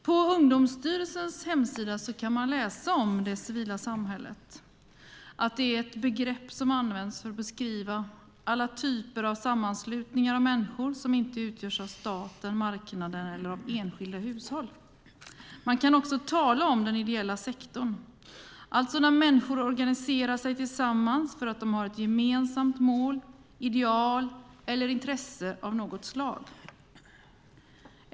På Ungdomsstyrelsens hemsida kan man läsa om det civila samhället och att det är ett begrepp som används för att beskriva alla typer av sammanslutningar av människor som inte utgörs av staten, marknaden eller enskilda hushåll. Man kan också tala om den ideella sektorn, alltså när människor organiserar sig tillsammans för att de har ett gemensamt mål, ideal eller intresse av något slag.